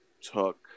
took